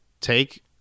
Take